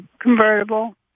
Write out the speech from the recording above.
Convertible